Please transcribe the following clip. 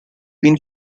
been